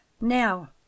now